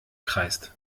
kreist